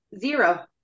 Zero